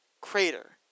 crater